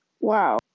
Wow